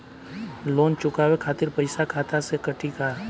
Loan चुकावे खातिर पईसा खाता से कटी का?